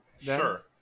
Sure